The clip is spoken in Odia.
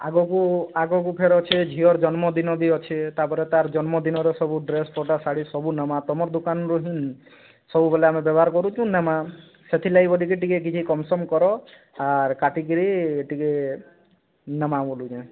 ଆଗକୁ ଆଗକୁ ଫେର୍ ଅଛେ ଝିଅର୍ ଜନ୍ମଦିନ ବି ଅଛେ ତାପରେ ତାର୍ ଜନ୍ମ ଦିନର୍ ସବୁ ଡ୍ରେସ ପଟା ଶାଢ଼ୀ ସବୁ ନମା ତମର ଦୁକାନ୍ରୁ ହିଁ ସବୁ ବେଳେ ଆମେ ବ୍ୟବହାର କରୁଛୁଁ ନେମା ସେଥିର ଲାଗି ବୋଲିକରି ଟିକେ ଟିକେ କମ୍ସମ୍ କର ଆର୍ କାଟିକରି ଟିକେ ନେମା ବୋଲୁଛେଁ